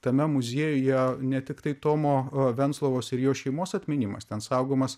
tame muziejuje ne tiktai tomo venclovos ir jo šeimos atminimas ten saugomas